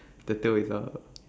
the tail is up